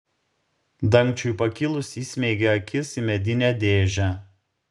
dangčiui pakilus įsmeigė akis į medinę dėžę